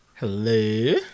Hello